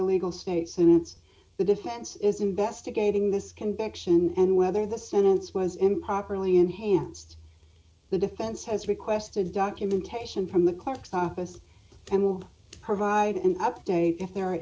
illegal states and the defense is investigating this conviction and whether the sentence was improperly enhanced the defense has requested documentation from the clerk's office and we'll provide an update if the